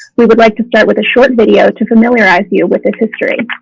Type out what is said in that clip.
we would like to start with a short video to familiarize you with this history.